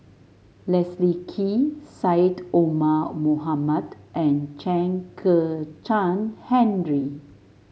Leslie Kee Syed Omar Mohamed and Chen Kezhan Henri